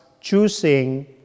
choosing